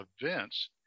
events